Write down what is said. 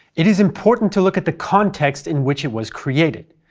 it is important to look at the context in which it was created.